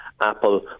apple